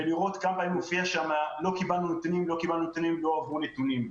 ולראות פעמים נאמר שם שלא קיבלו נתונים ולא הועברו נתונים.